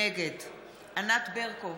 נגד ענת ברקו,